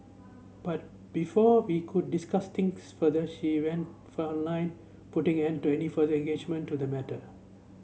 but before we could discuss this further she went for online putting an end to any further engagement to the matter